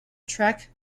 track